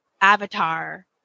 avatar